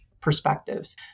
perspectives